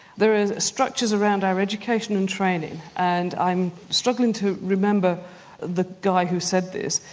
there are structures around our education and training and i'm struggling to remember the guy who said this,